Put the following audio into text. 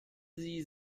sie